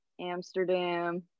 Amsterdam